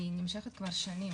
כי היא נמשכת כבר שנים.